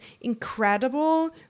incredible